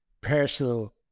personal